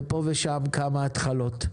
ופה ושם כמה התחלות.